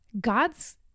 God's